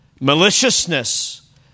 maliciousness